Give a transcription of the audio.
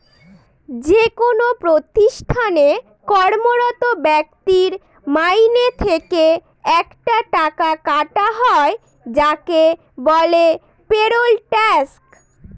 যেকোনো প্রতিষ্ঠানে কর্মরত ব্যক্তির মাইনে থেকে একটা টাকা কাটা হয় যাকে বলে পেরোল ট্যাক্স